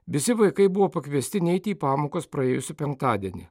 visi vaikai buvo pakviesti neiti į pamokas praėjusį penktadienį